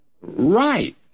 Right